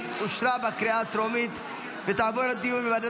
אושרה בקריאה הטרומית ותעבור לדיון בוועדת